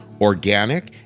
organic